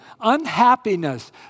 unhappiness